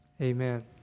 amen